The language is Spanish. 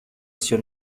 hacia